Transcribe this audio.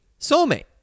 soulmate